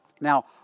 now